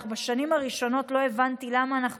אך בשנים הראשונות לא הבנתי למה אנחנו